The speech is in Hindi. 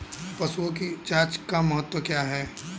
पशुओं की जांच का क्या महत्व है?